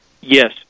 Yes